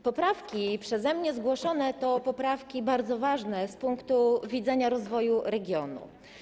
Poprawki przeze mnie zgłoszone to poprawki bardzo ważne z punktu widzenia rozwoju regionu.